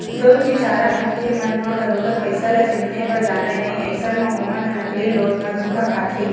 जउन बिचारा मनखे मन ह बरोबर पइसा ल चिनहे बर जानय नइ अइसन म ओमन ह नकली नोट म धोखा खाथे ही